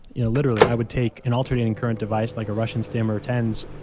you know literally, i would take an alternating current device, like a russian stim or tens,